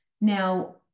Now